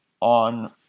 on